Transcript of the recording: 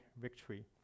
victory